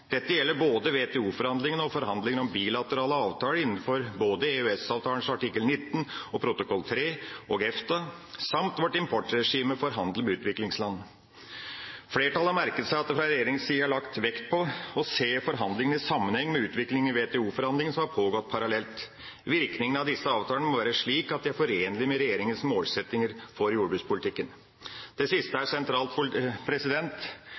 Dette gjelder både WTO-forhandlinger og forhandlinger om bilaterale avtaler innenfor både EØS-avtalens artikkel 19 og protokoll 3 og EFTA, samt vårt importregime for handel med utviklingsland. Flertallet har merket seg at det fra regjeringas side har blitt lagt vekt på å se forhandlingene i sammenheng med utviklingen i WTO-forhandlingene, som har pågått parallelt. Virkningen av disse avtalene må være slik at det er forenlig med regjeringas målsettinger for jordbrukspolitikken. Det siste